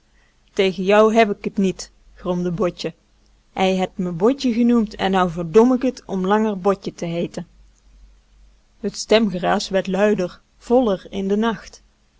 tegen jou heb ik t niet gromde botje hij het me botje genoemd en nou verdom ik t om langer botje te heeten het stemgeraas werd luider voller in den nacht